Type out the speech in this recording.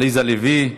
עליזה לביא,